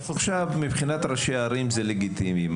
עכשיו מבחינת ראשי הערים זה לגיטימי,